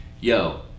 yo